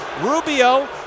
Rubio